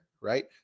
right